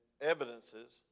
evidences